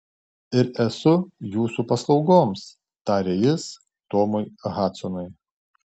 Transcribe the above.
ir esu jūsų paslaugoms tarė jis tomui hadsonui